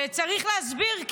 וצריך להסביר,